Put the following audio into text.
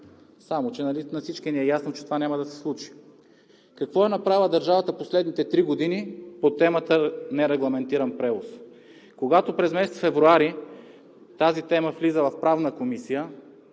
Само че нали на всички ни е ясно, че това няма да се случи. Какво е направила държавата в последните три години по темата „нерегламентиран превоз“? Когато през месец февруари тази тема влиза в Правната комисия,